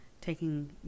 taking